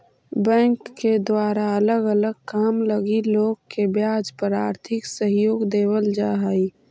bank के द्वारा अलग अलग काम लगी लोग के ब्याज पर आर्थिक सहयोग देवल जा हई